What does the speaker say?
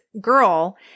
girl